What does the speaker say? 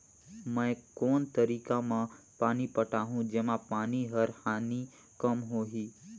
मैं कोन तरीका म पानी पटाहूं जेमा पानी कर हानि कम होही?